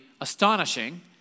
astonishing